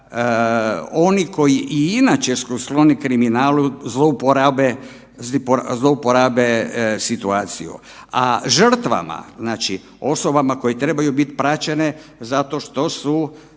oni koji i inače su skloni kriminalu zlouporabe, zlouporabe situaciju, a žrtvama, znači osobama koje trebaju biti praćene zato što su